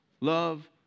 love